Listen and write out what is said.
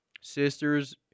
Sisters